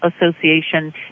Association